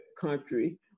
country